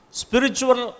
spiritual